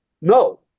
No